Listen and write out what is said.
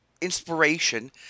inspiration